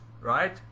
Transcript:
right